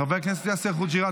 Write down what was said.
חבר הכנסת יאסר חוג'יראת,